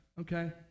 Okay